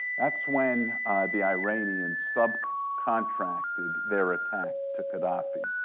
that's when the iranians subcontracted their attack to gaddafi.